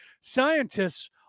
scientists